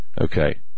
okay